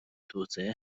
توسعه